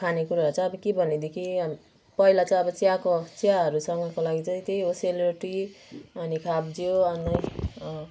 खानेकुराहरू चाहिँ अब के भनेदेखि पहिला चाहिँ अब चियाको चियाहरूसँगको लागि चाहिँ त्यही हो सेलरोटी अनि खाब्जियो अनि